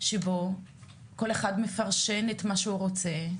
שבו כל אחד מפרשן את מה שהוא רוצה,